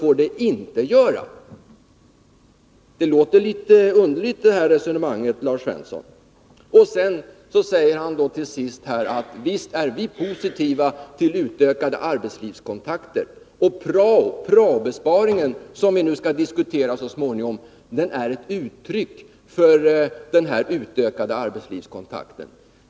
Lars Svenssons resonemang låter litet underligt. Lars Svensson säger till sist att man visst är positiv till utökade arbetslivskontakter och att den prao-besparing som så småningom skall diskuteras är ett uttryck för dessa utökade arbetslivskontakter.